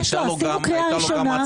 עשינו קריאה ראשונה.